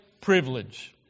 privilege